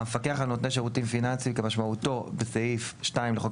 "המפקח על נותני שירותים פיננסיים" כמשמעותו בסעיף 2 לחוק